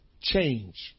change